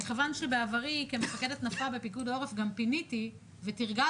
מכיוון שבעברי כמפקדת נפה בפיקוד העורף גם פיניתי ותרגלתי,